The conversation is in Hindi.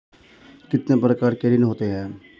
कितने प्रकार के ऋण होते हैं?